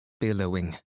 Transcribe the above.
billowing